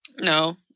No